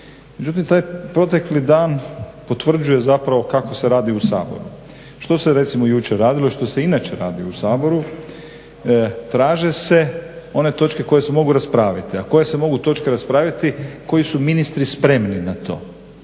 Međutim, taj protekli dan potvrđuje zapravo kako se radi u Saboru. Što se recimo jučer radilo i što se inače radi u Saboru? Traže se one točke koje se mogu raspraviti. A koje se mogu točke raspraviti? Koji su ministri spremni na to.